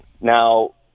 Now